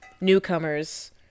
newcomers